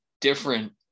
different